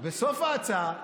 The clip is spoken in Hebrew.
בסוף ההצעה,